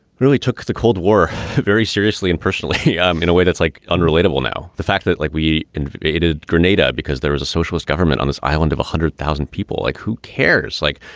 really took the cold war very seriously and personally um in a way that's like unrelatable. now, the fact that like we invaded grenada because there was a socialist government on this island of one hundred thousand people like who cares? like,